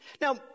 Now